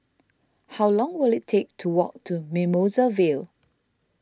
how long will it take to walk to Mimosa Vale